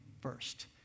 first